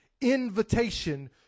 invitation